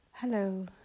Hello